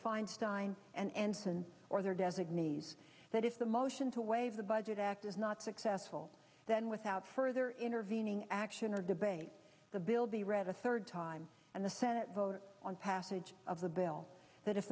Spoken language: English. feinstein and ensign or their designees that if the motion to waive the budget act is not successful then without further intervening action or debate the bill be read a third time and the senate vote on passage of the bill that if